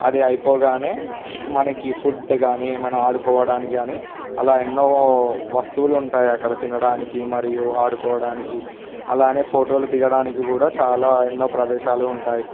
అది అయిపోగానే మనకి ఫుడ్డు కానీ ఏమన్నా ఆడుకోవడానికి కానీ అలా ఎన్నో వస్తువులు ఉంటాయి అక్కడ తినడానికి మరియు ఆడుకోవడానికి అలానే ఫోటోలు దిగడానికి కూడా చాలా ఎన్నో ప్రదేశాలు కూడా ఉంటాయి